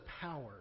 power